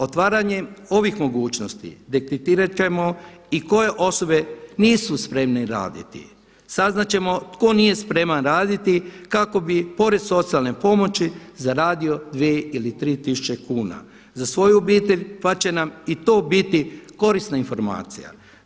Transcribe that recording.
Otvaranjem ovih mogućnosti detektirat ćemo i koje osobe nisu spremne raditi, saznat ćemo tko nije spreman raditi kako bi pored socijalne pomoći zaradio dvije ili tri tisuće kuna za svoju obitelj pa će nam i to biti korisna informacija.